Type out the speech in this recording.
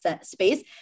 space